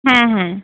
হ্যাঁ হ্যাঁ